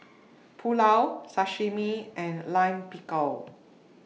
Pulao Sashimi and Lime Pickle